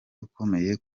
ukomeye